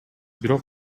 бирок